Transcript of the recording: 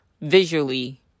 visually